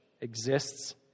exists